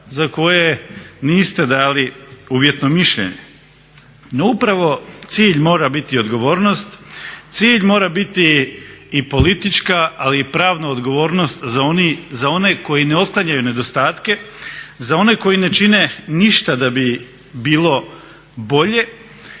za koje niste dali uvjetno mišljenje. No, upravo cilj mora biti odgovornost, cilj mora biti i politička, ali i pravna odgovornost za one koji ne otklanjaju nedostatke, za one koji ne čine ništa da bi bilo bolje.